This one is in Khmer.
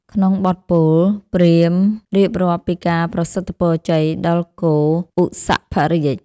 ក្នុងបទពោល ព្រាហ្មណ៍រៀបរាប់ពីការប្រសិទ្ធពរជ័យដល់គោឧសភរាជ។